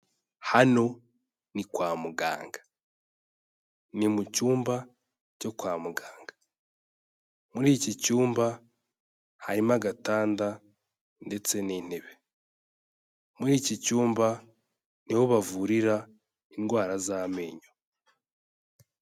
Hano ni kwa muganga, ni mu cyumba cyo kwa muganga, muri iki cyumba harimo agatanda ndetse n'intebe, muri iki cyumba ni ho bavurira indwara z'amenyo.